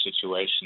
situation